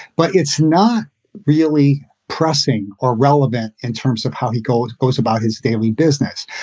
but it's not really pressing or relevant in terms of how he goes goes about his daily business.